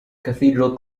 cathedral